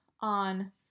on